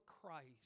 Christ